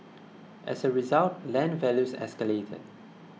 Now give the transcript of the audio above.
as a result land values escalated